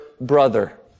brother